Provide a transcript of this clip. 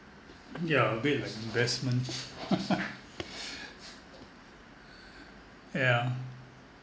yeah a bit like investment yeah